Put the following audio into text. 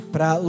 Para